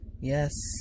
Yes